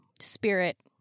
spirit